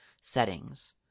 settings